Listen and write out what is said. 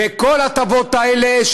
וכל ההטבות האלה,